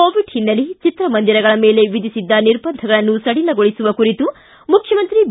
Covid ಹಿನ್ನೆಲೆ ಚಿತ್ರಮಂದಿರಗಳ ಮೇಲೆ ವಿಧಿಸಿದ್ದ ನಿರ್ಬಂಧಗಳನ್ನು ಸಡಿಲಗೊಳಿಸುವ ಕುರಿತು ಮುಖ್ಯಮಂತ್ರಿ ಮುಖ್ಯಮಂತ್ರಿ ಬಿ